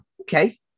Okay